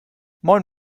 moin